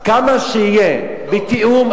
כמה שיהיה בתיאום,